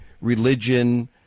religion